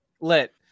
Lit